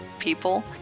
people